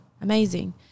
amazing